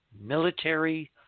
military